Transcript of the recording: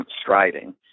striding